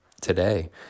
today